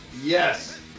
yes